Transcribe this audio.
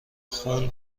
خون